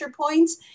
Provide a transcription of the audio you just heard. points